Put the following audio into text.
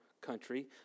country